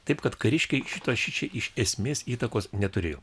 taip kad kariškiai šito šičia iš esmės įtakos neturėjo